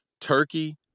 turkey